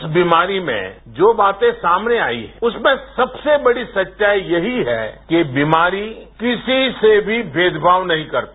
इस बीमारी में जो बातें सामने आयीं है उसमें सबसे बड़ी सच्चाई यही है कि बीमारी किसी से भी भेदभाव नहीं करती